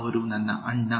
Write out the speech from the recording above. ಅವರು ನನ್ನ ಅಣ್ಣ